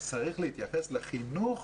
צריך להתייחס לחינוך